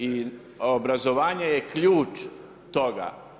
I obrazovanje je ključ toga.